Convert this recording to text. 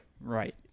Right